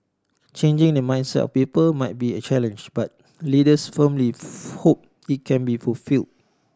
changing the mindset of people might be a challenge but leaders firmly hope it can be fulfil